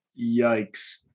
yikes